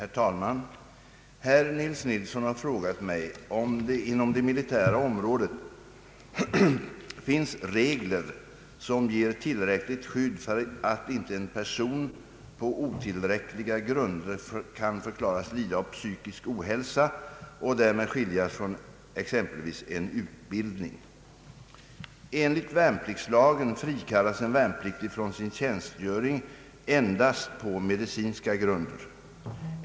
Herr talman! Herr Nils Nilsson har frågat mig om det inom det militära området finns regler som ger tillräckligt skydd för att inte en person på otillräckliga grunder kan förklaras lida av psykisk ohälsa och därmed skiljas från exempelvis en utbildning. Enligt värnpliktslagen frikallas en värnpliktig från sin tjänstgöring endast på medicinska grunder.